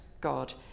God